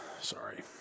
sorry